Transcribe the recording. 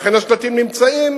ואכן, השלטים נמצאים.